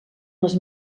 les